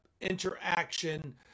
interaction